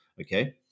Okay